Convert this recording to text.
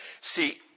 See